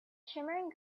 shimmering